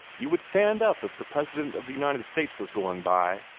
you would stand up if the president of the united states was going by,